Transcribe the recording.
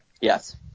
Yes